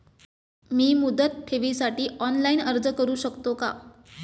मी मुदत ठेवीसाठी ऑनलाइन अर्ज करू शकतो का?